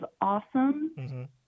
awesome